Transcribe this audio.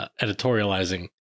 editorializing